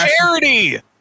charity